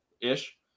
ish